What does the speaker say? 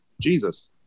jesus